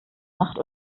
nacht